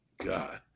God